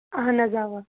اہن حظ اَوا